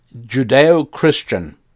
Judeo-Christian